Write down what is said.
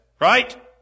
right